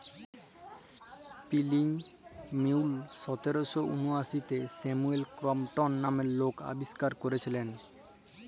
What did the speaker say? spinning mule সতের শ উনআশিতে স্যামুয়েল ক্রম্পটল লামের লক আবিষ্কার ক্যইরেছিলেল